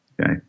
okay